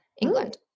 England